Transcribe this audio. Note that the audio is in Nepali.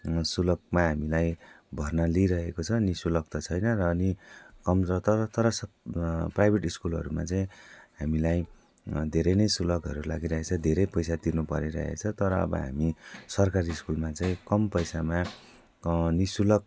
शुल्कमा हामीलाई भर्ना लिइरहेको छ निः शुल्क त छैन र अनि कम छ तर तर प्राइभेट स्कुलहरूमा चाहिँ हामीलाई धेरै नै शुल्कहरू लागिरहेको छ धेरै पैसा तिर्नु परिरहेको छ तर अब हामी सरकारी स्कुलमा चाहिँ कम पैसामा निः शुल्क